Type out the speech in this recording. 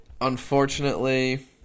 Unfortunately